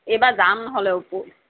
এইবাৰ যাম নহ'লে ওপৰ